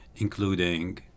including